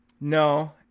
no